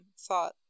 thought